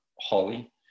Holly